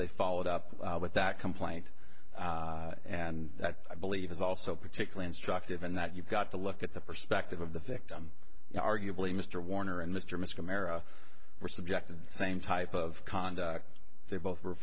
they followed up with that complaint and that i believe is also particularly instructive in that you've got to look at the perspective of the victim arguably mr warner and mr mr america were subject to the same type of conduct they both